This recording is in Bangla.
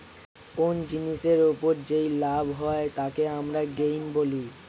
কোন জিনিসের ওপর যেই লাভ হয় তাকে আমরা গেইন বলি